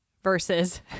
Versus